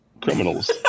criminals